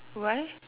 why